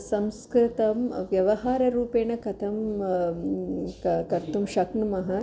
संस्कृतं व्यवहाररूपेण कथं क कर्तुं शक्नुमः